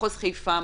מחוז חיפה,